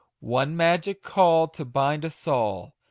one magic call, to bind us all,